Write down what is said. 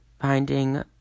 finding